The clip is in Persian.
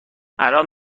الان